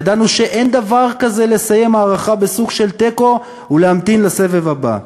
ידענו שאין דבר כזה לסיים מערכה בסוג של תיקו ולהמתין לסבב הבא.